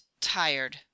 tired